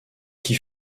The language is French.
qui